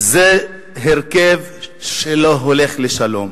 זה הרכב שלא הולך לשלום,